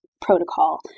protocol